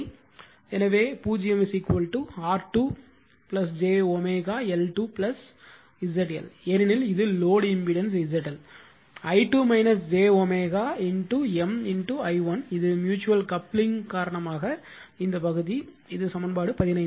எனவே 0 R2 j L2 ZL ஏனெனில் இது load impedance ZLi2 j M i1 இது மியூச்சுவல் கப்ளிங் காரணமாக இந்த பகுதி இது சமன்பாடு 15